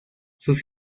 sus